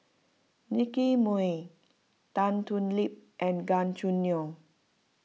Nicky Moey Tan Thoon Lip and Gan Choo Neo